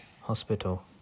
Hospital